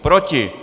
Proti!